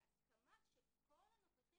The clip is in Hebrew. בהסכמה של כל הנוכחים